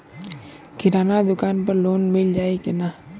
किराना दुकान पर लोन मिल जाई का?